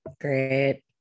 Great